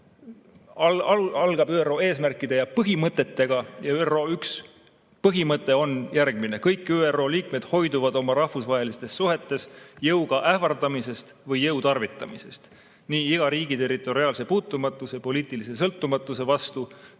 põhikiri algab ÜRO eesmärkide ja põhimõtetega. ÜRO üks põhimõte on järgmine: "Kõik ÜRO liikmed hoiduvad oma rahvusvahelistes suhetes jõuga ähvardamisest või jõu tarvitamisest nii iga riigi territoriaalse puutumatuse, poliitilise sõltumatuse vastu